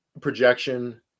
projection